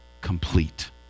complete